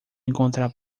encontrar